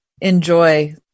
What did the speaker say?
enjoy